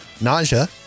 nausea